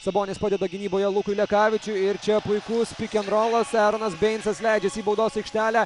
sabonis padeda gynyboje lukui lekavičiui ir čia puikus pikenrolas eronas beincas leidžias į baudos aikštelę